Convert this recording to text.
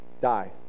die